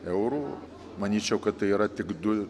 eurų manyčiau kad tai yra tik du